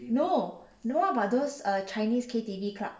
no no what about those chinese K_T_V club